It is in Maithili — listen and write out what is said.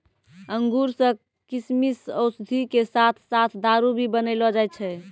अंगूर सॅ किशमिश, औषधि के साथॅ साथॅ दारू भी बनैलो जाय छै